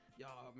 y'all